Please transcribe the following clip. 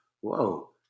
whoa